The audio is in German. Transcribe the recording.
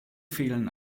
fehlen